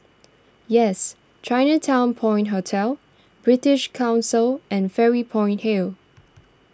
Yes Chinatown Point Hotel British Council and Fairy Point Hill